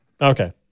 okay